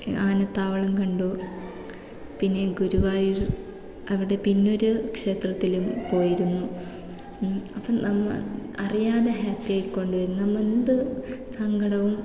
ആനത്താവളം കണ്ടു പിന്നെ ഗുരുവായൂർ അവിടെ പിന്നെ ഒരു ക്ഷേത്രത്തിലും പോയിരുന്നു അപ്പോൾ നമ്മൾ അറിയാതെ ഹാപ്പി ആയിക്കൊണ്ടു വരും നമ്മൾ എന്ത് സങ്കടവും